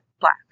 black